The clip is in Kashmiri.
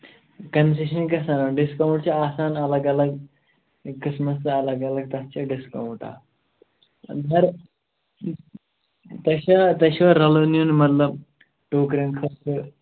کَنسیشَن گژھان ڈِسکاوُنٛٹ چھِ آسان الگ الگ قٕسمَس الگ الگ تَتھ چھےٚ ڈِسکاوُنٛٹ آ مگر تۄہہِ چھا تۄہہِ چھُوا رَلُن نِیُن مطلب ٹوٗکرین خٲطرٕ